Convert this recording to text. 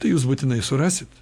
tai jūs būtinai surasit